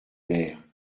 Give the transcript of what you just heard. mère